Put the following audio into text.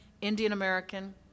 Indian-American